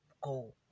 go